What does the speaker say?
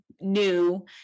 new